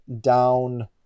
down